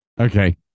Okay